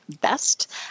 best